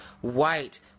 white